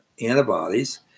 antibodies